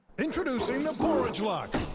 introduceing the porridge lock.